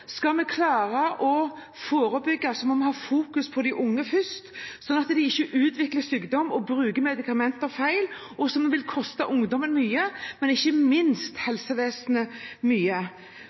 Skal vi klare å forebygge, må vi fokusere på de unge først, slik at de ikke utvikler sykdom og bruker medikamenter feil, noe som vil koste ungdommen, og ikke minst helsevesenet, mye.